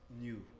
new